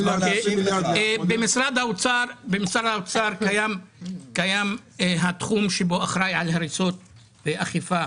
במשרד האוצר קיים התחום שאחראי על הריסות ואכיפה